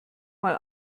mal